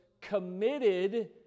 committed